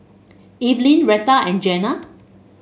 Evelyne Rheta and Jenna